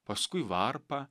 paskui varpą